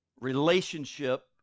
relationship